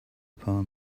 palm